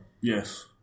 Yes